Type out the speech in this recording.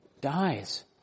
Dies